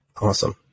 Awesome